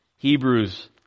Hebrews